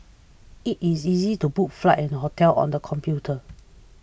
it is easy to book flights and hotels on the computer